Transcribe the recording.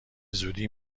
زودی